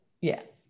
Yes